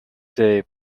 day